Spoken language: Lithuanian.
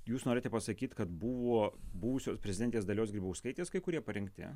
jūs norite pasakyt kad buvo buvusios prezidentės dalios grybauskaitės kai kurie parinkti